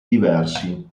diversi